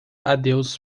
adeus